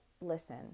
listen